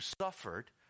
suffered